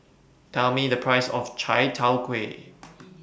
Tell Me The Price of Chai Tow Kuay